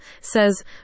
says